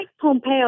Pompeo